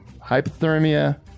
Hypothermia